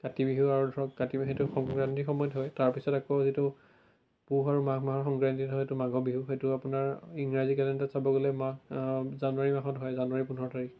কাতি বিহু আৰু ধৰক কাতি বিহুটো সংক্ৰান্তিৰ সময়ত হয় তাৰ পিছত আকৌ যিটো পুহ আৰু মাঘ মাহৰ সংক্ৰান্তিত হয় সেইটো মাঘ বিহু সেইটো আপোনাৰ ইংৰাজী কেলেণ্ডাৰত চাব গ'লে মাঘ জানুৱাৰী মাহত হয় জানুৱাৰী পোন্ধৰ তাৰিখ